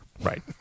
Right